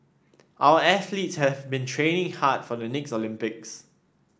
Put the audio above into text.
our athletes have been training hard for the next Olympics